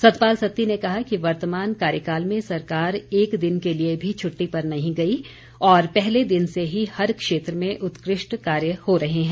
सतपाल सत्ती ने कहा कि वर्तमान कार्यकाल में सरकार एक दिन के लिए भी छट्टी पर नही गई और पहले दिन से ही हर क्षेत्र में उत्कृष्ट कार्य हो रहे हैं